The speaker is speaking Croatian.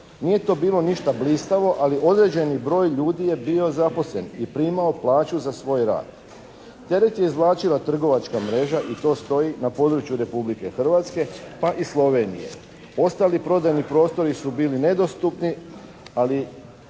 Nije to bilo ništa blistavo, ali određeni broj ljudi je bio zaposlen i primao plaću za svoj rad. Teret je izvlačila trgovačka mreža i to stoji na području Republike Hrvatske pa i Slovenije. Ostali prodajni prostori su bili nedostupni ili